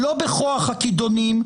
לא בכוח הכידונים,